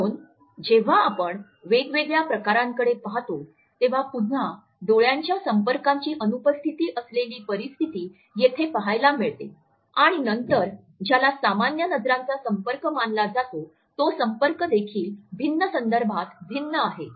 म्हणून जेव्हा आपण वेगवेगळ्या प्रकारांकडे पाहतो तेव्हा पुन्हा डोळ्यांच्या संपर्कांची अनुपस्थिती असलेली परिस्थिती येथे पहायला मिळते आणि नंतर ज्याला सामान्य नजरांचा संपर्क मानला जातो तो संपर्क देखील भिन्न संदर्भात भिन्न आहे